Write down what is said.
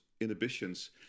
inhibitions